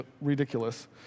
ridiculous